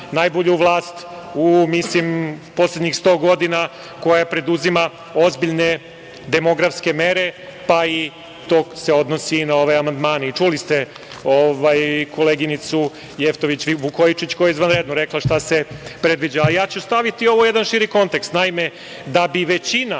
najbolju vlast u poslednjih 100 godina, koje preduzima ozbiljne demografske mere, pa i to se odnosi i na ove amandmane. Čuli ste koleginicu Jevtović Vukojičić koja je izvanredno rekla šta se predviđa, a ja ću staviti ovo u jedan širi kontekst. Naime, da bi većina